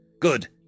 Good